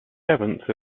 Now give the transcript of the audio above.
seventh